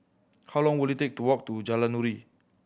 how long will it take to walk to Jalan Nuri